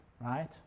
right